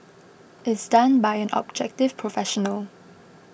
is done by an objective professional